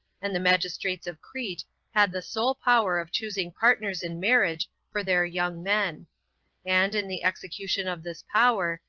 and the magistrates of crete had the sole power of choosing partners in marriage for their young men and, in the execution of this power,